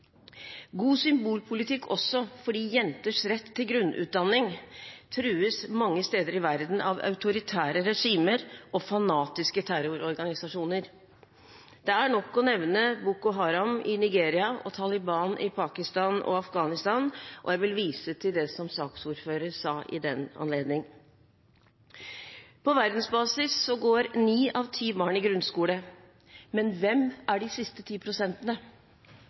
god symbolpolitikk også fordi jenters rett til grunnutdanning trues mange steder i verden av autoritære regimer og fanatiske terrororganisasjoner. Det er nok å nevne Boko Haram i Nigeria og Taliban i Pakistan og Afghanistan. Jeg vil vise til det som saksordføreren sa i den anledning. På verdensbasis går ni av ti barn i grunnskole, men hvem er de siste ti prosentene?